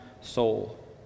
soul